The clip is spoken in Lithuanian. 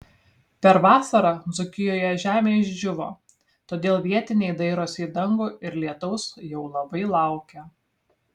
per vasarą dzūkijoje žemė išdžiūvo todėl vietiniai dairosi į dangų ir lietaus jau labai laukia